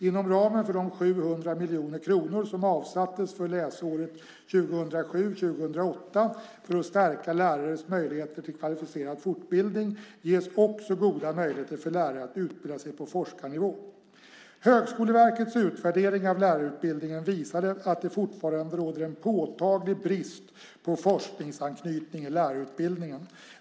Inom ramen för de 700 miljoner kronor som avsatts för läsåret 2007/08 för att stärka lärares möjligheter till kvalificerad fortbildning ges också goda möjligheter för lärare att utbilda sig på forskarnivå. Högskoleverkets utvärdering av lärarutbildningen visade att det fortfarande råder en påtaglig brist på forskningsanknytning i lärarutbildningen.